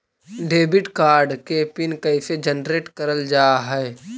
Debit card के PIN कैसे generate करल जाहै?